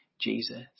Jesus